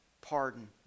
pardon